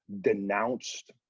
denounced